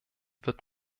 wird